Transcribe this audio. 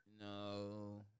No